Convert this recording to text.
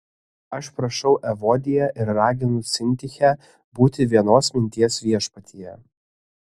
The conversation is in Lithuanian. aš prašau evodiją ir raginu sintichę būti vienos minties viešpatyje